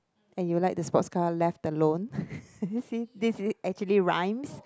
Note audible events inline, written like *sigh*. and you like the sports car left alone *noise* see this actually rhymes